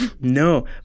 No